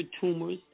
tumors